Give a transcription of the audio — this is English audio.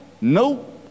no